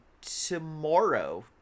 tomorrow